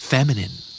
Feminine